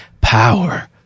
Power